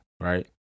right